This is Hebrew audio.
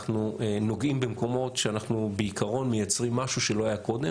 אנחנו נוגעים במקומות שאנחנו בעיקרון מייצרים משהו שלא היה קודם.